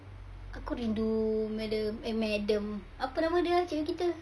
aku rindu madam eh madam apa nama dia ah cikgu kita